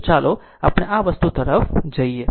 તો ચાલો આપણે આ વસ્તુ તરફ જઈએ